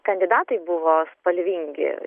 kandidatai buvo spalvingi